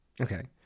Okay